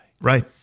Right